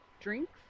drinks